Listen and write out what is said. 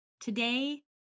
Today